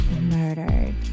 murdered